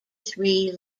three